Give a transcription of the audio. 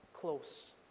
close